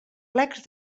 plecs